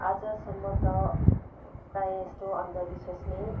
आजसम्म त प्राय जस्तो अन्धविश्वासमै